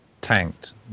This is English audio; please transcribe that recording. tanked